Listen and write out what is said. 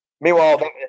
Meanwhile